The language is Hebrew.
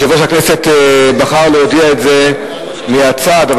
יושב-ראש הכנסת בחר להודיע את זה מהצד אבל